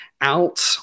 out